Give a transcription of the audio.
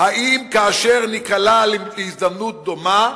האם כאשר ניקלע לסיטואציה דומה,